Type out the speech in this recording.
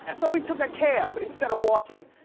and so we took a cab instead of walking,